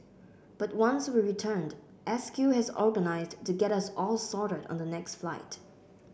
but once we returned S Q has organised to get us all sorted on the next flight